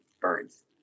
birds